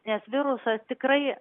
nes virusas tikrai